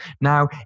now